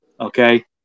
okay